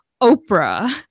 Oprah